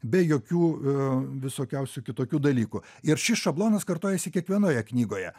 be jokių a visokiausių kitokių dalykų ir šis šablonas kartojasi kiekvienoje knygoje